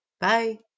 Bye